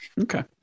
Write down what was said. Okay